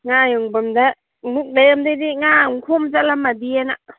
ꯉꯥ ꯌꯣꯟꯐꯝꯗ ꯑꯃꯨꯛ ꯂꯩꯔꯝꯗ꯭ꯔꯗꯤ ꯉꯥ ꯑꯃꯨꯛ ꯈꯣꯝ ꯆꯠꯂꯝꯃꯗꯤꯅ